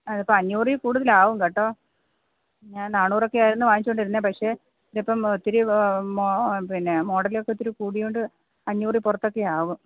അതിപ്പോൾ അഞ്ഞൂറിൽ കൂടുതലാകും കേട്ടോ നാന്നൂറൊക്കെ ആയിരുന്നു വാങ്ങിച്ചു കൊണ്ടിരുന്നത് പക്ഷേ ഇപ്പം ഒത്തിരി പിന്നെ മോഡലൊക്കെ ഒത്തിരി കൂടിയുണ്ട് അഞ്ഞൂറിൽ പുറത്തൊക്കെ ആകും